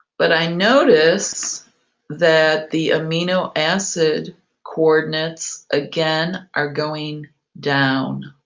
but i notice that the amino acid coordinates, again, are going down